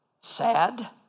sad